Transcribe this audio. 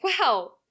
Wow